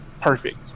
perfect